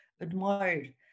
admired